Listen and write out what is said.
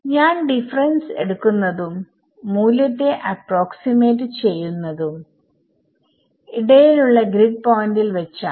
ഞാൻ ഡിഫറെൻസ് എടുക്കുന്നതുംമൂല്യത്തെ അപ്രോകെസിമേറ്റ് ചെയ്യുന്നതും ഇടയിൽ ഉള്ള ഗ്രിഡ് പോയിന്റിൽ വെച്ചാണ്